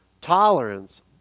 tolerance